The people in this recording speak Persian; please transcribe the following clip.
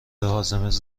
هاضمه